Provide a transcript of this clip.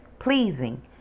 pleasing